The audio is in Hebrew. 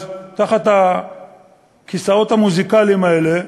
תחת הכיסאות המוזיקליים האלה,